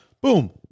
boom